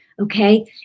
Okay